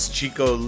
Chico